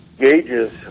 Gauges